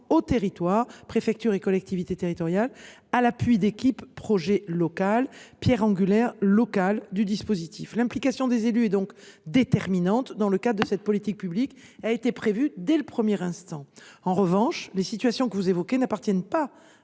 aux territoires, à savoir aux préfectures et aux collectivités territoriales, à l’appui d’équipes projets de proximité, pierre angulaire locale du dispositif. L’implication des élus est donc déterminante dans le cadre de cette politique publique et a été prévue dès les premiers instants. En revanche, les situations que vous évoquez n’appartiennent pas